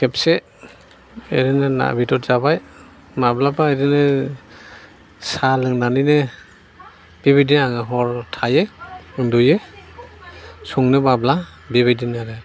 खेबसे ओरैनो ना बेदर जाबाय माब्लाबा इदिनो साहा लोंनानैनो बिबादि आं हर थायो उन्दुयो संनो बाब्ला बिबायदिनो आरो